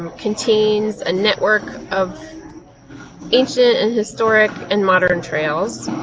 contains a network of ancient and historic and modern trails